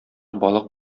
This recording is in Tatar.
балык